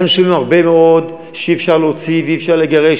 אנחנו שמענו הרבה מאוד שאי-אפשר להוציא ואי-אפשר לגרש.